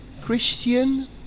Christian